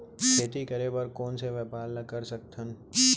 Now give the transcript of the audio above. खेती करे बर कोन से व्यापार ला कर सकथन?